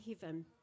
heaven